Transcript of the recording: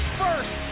first